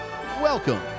welcome